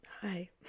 Hi